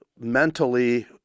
mentally